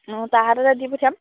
অঁ তাৰ হাততে দি পঠিয়াম